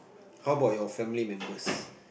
how about your family members